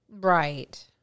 Right